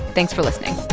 thanks for listening